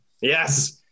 Yes